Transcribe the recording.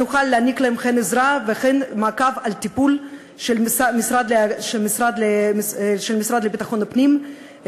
ונוכל להעניק להם הן עזרה והן מעקב אחרי הטיפול של המשרד לביטחון הפנים,